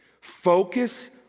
Focus